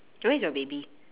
where is your baby